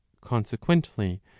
Consequently